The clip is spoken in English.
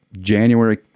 January